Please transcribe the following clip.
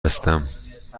هستم